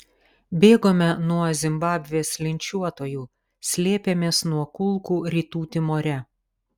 bėgome nuo zimbabvės linčiuotojų slėpėmės nuo kulkų rytų timore